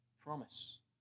promise